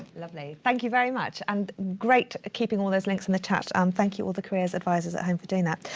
lovely. thank you very much. and great keeping all those links in the chat. um thank you all the careers advisors at home for doing that.